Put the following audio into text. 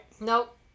Nope